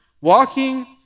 walking